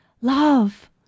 love